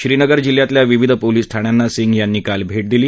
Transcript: श्रीनगर जिल्ह्यातल्या विविध पोलीस ठाण्यांना सिंग यांनी काल भेट दिली